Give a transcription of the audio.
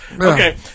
Okay